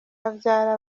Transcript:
abyara